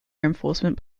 enforcement